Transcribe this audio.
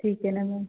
ठीक है न मैम